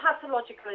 pathological